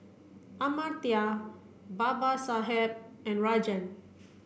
Amartya Babasaheb and Rajan